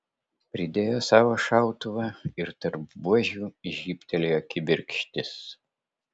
pridėjo savo šautuvą ir tarp buožių žybtelėjo kibirkštis